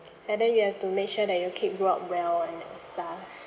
and then you have to make sure that your kid grow up well and stuff